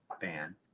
ban